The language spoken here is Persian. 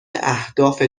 اهداف